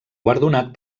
guardonat